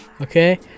Okay